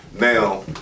Now